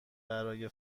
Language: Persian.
برای